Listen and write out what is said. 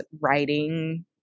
writing